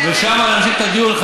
ושם נרחיב את הדיון.